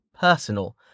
personal